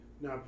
Now